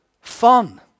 fun